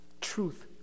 truth